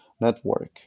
network